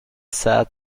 sad